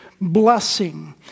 blessing